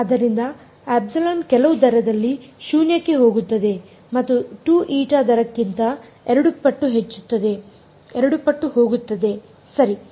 ಆದ್ದರಿಂದ ε ಕೆಲವು ದರದಲ್ಲಿ ಶೂನ್ಯಕ್ಕೆ ಹೋಗುತ್ತದೆ ಮತ್ತು 2η ದರಕ್ಕಿಂತ ಎರಡು ಪಟ್ಟು ಹೋಗುತ್ತದೆ ಸರಿ